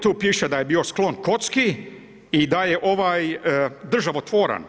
Tu piše da je bio sklon kocki i da je državotvoran.